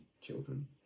children